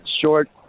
Short